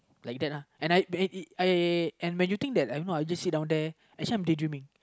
like that uh and I I and when you think that I just sit down there actually I'm daydreaming